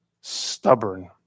stubborn